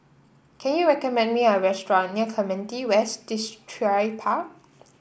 can you recommend me a restaurant near Clementi West Distripark